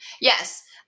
Yes